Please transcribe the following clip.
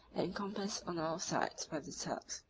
encompassed on all sides by the turks,